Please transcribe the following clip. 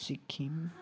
Sikkim